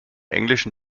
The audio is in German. englischen